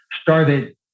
started